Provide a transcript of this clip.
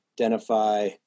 identify